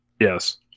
Yes